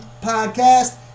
Podcast